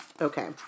Okay